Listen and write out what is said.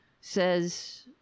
says